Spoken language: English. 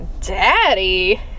daddy